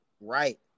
Right